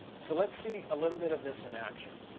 so let's see a little bit of this in action.